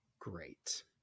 great